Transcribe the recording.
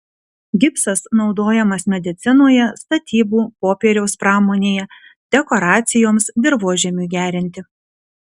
gipsas naudojamas medicinoje statybų popieriaus pramonėje dekoracijoms dirvožemiui gerinti